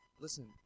listen